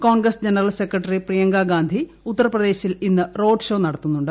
Congress general secretary പ്രീയങ്കഗാന്ധി ഉത്തർപ്രദേശിൽ ഇന്ന് roadshow നടത്തുന്നുണ്ട്